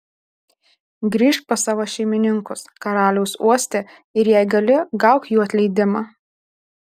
grįžk pas savo šeimininkus karaliaus uoste ir jei gali gauk jų atleidimą